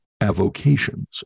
avocations